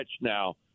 now